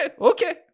okay